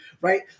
right